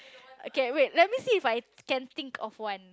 okay wait let me see if I can think of one